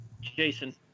Jason